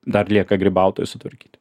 dar lieka grybautojus sutvarkyti